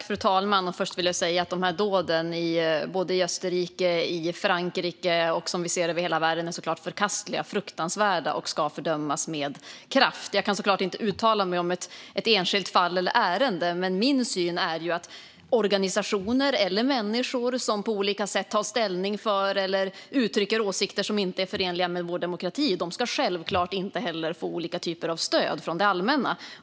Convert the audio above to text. Fru talman! Först vill jag säga att dåden som vi sett i både Österrike och Frankrike och över hela världen såklart är förkastliga och fruktansvärda och ska fördömas med kraft. Jag kan inte uttala mig om ett enskilt fall eller ärende, men min syn är att organisationer eller människor som på olika sätt tar ställning för eller uttrycker åsikter som inte är förenliga med vår demokrati självklart inte ska få olika typer av stöd från det allmänna.